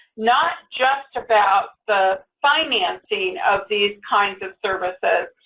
not just about the financing of these kinds of services,